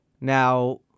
Now